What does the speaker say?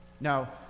now